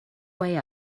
way